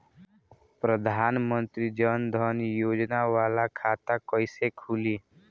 प्रधान मंत्री जन धन योजना वाला खाता कईसे खुली?